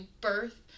birth